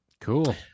Cool